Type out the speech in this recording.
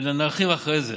נרחיב אחרי זה.